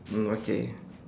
mm okay